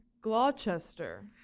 Gloucester